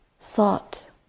thought